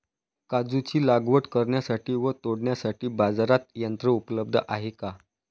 काजूची लागवड करण्यासाठी व तोडण्यासाठी बाजारात यंत्र उपलब्ध आहे का?